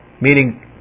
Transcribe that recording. Meaning